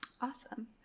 Awesome